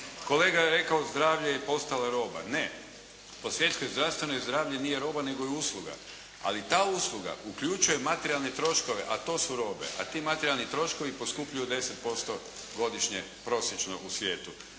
Kolega je rekao zdravlje je postalo roba. Ne. Po svjetskoj zdravstvenoj zdravlje nije roba nego je usluga, ali ta usluga uključuje materijalne troškove, a to su robe. A ti materijalni troškovi poskupljuju 10% godišnje prosječno u svijetu.